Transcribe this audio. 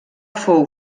fou